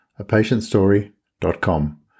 apatientstory.com